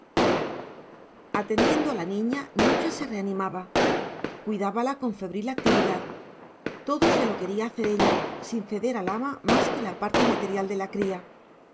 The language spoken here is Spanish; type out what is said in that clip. atendiendo a la niña nucha se reanimaba cuidábala con febril actividad todo se lo quería hacer ella sin ceder al ama más que la parte material de la cría